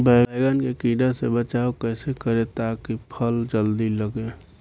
बैंगन के कीड़ा से बचाव कैसे करे ता की फल जल्दी लगे?